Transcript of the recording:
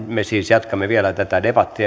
me jatkamme vielä tätä debattia